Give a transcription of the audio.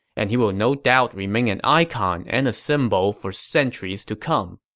and he will no doubt remain an icon and a symbol for centuries to come.